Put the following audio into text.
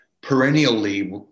perennially